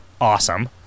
awesome